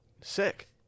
Sick